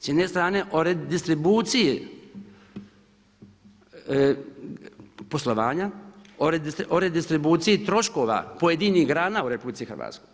S jedne strane o redistribuciji poslovanja, o redistribuciji troškova pojedinih grana u RH.